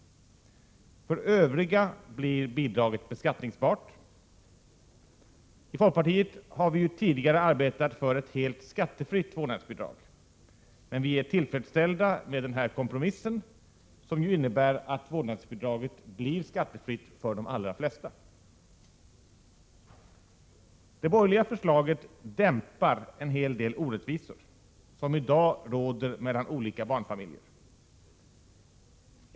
För övriga blir bidraget beskattningsbart. I folkpartiet har vi tidigare arbetat för ett helt skattefritt vårdnadsbidrag. men vi är tillfredsställda med den här kompromissen, som innebär att vårdnadsbidraget blir skattefritt för de allra flesta. Det borgerliga förslaget dämpar en hel del orättvisor som i dag råder mellan olika barnfamiljer.